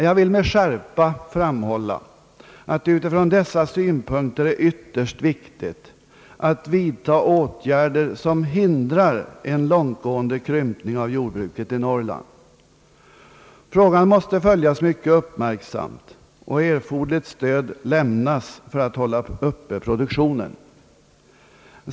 Jag vill med skärpa framhålla att det utifrån dessa synpunkter är ytterst viktigt att vidta åtgärder som hindrar en långtgående krympning av jordbruket i Norrland. Frågan måste följas mycket uppmärksamt, och erforderligt stöd lämnas för att hålla produktionen uppe.